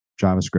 javascript